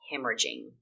hemorrhaging